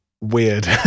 weird